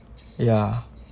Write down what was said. ya